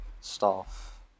staff